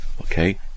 okay